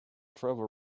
travel